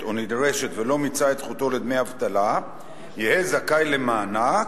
או נדרשת ולא מיצה את זכותו לדמי אבטלה יהא זכאי למענק,